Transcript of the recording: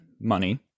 money